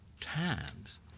times